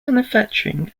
manufacturing